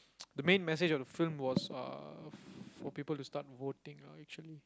the main message of the film was uh for people to start voting ah actually